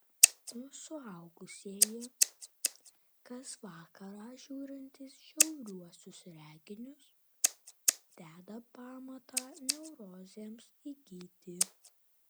o suaugusieji kas vakarą žiūrintys žiauriuosius reginius deda pamatą neurozėms įgyti